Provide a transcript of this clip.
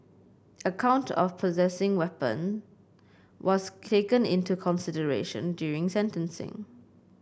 a count of possessing the weapon was taken into consideration during sentencing